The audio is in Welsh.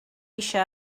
eisiau